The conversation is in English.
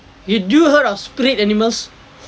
do you heard of spirit animals